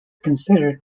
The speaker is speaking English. considered